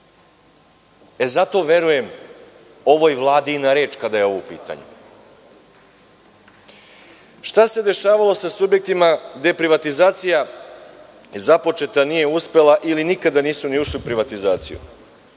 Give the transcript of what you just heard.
Zato verujem ovoj Vladi na reč kada je ovo u pitanju. Šta se dešavalo sa subjektima gde je privatizacija započeta, a nije uspela ili nikada nisu ušli u privatizaciju?